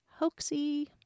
hoaxy